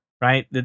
Right